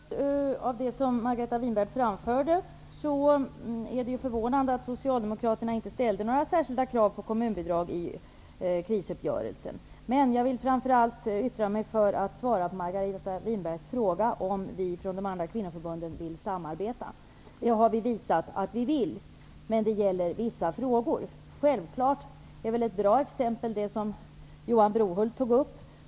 Herr talman! Mot bakgrund av det som Margareta Winberg framförde är det förvånande att Socialdemokraterna inte ställde några särskilda krav på kommunbidrag i krisuppgörelsen. Jag har emellertid begärt ordet framför allt för att svara på Margareta Winbergs fråga om huruvida de andra kvinnoförbunden vill samarbeta. Det har vi visat att vi vill. Men det gäller vissa frågor. Ett bra exempel är det ämne som Johan Brohult tog upp.